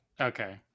Okay